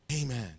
Amen